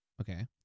Okay